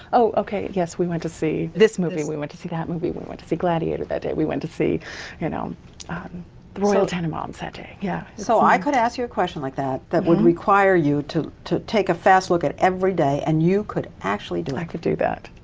oh okay, yes we went to see this movie, we went to see that movie, we went to see gladiator that day, we went to see you know ah um the royal tenenbaums that day. yeah so i could ask you a question like that, that would require you to to take a fast look at every day, and you could actually do that? i could do that.